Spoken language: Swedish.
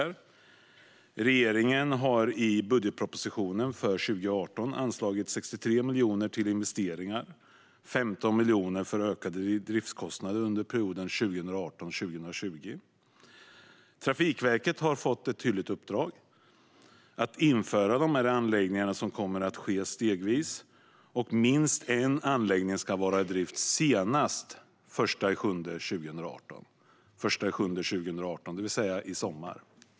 Regeringen har i budgetpropositionen för 2018 anslagit 63 miljoner till investeringar och 15 miljoner till ökade driftskostnader under perioden 2018-2020. Trafikverket har fått ett tydligt uppdrag: att införa de här anläggningarna. Det kommer att ske stegvis. Minst en anläggning ska vara i drift senast den 1 juli 2018, det vill säga i sommar.